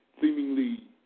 seemingly